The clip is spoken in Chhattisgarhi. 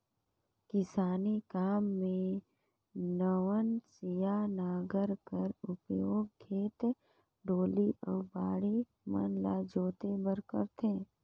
किसानी काम मे नवनसिया नांगर कर उपियोग खेत, डोली अउ बाड़ी मन ल जोते बर करथे